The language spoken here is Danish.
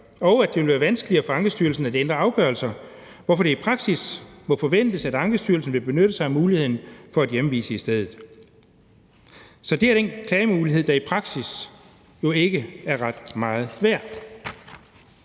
og at det dermed vil være vanskeligere for Ankestyrelsen at ændre afgørelser, hvorfor det i praksis må forventes, at Ankestyrelsen vil benytte sig af muligheden for at hjemvise i stedet.« Så det er den klagemulighed, der i praksis jo ikke er ret meget værd.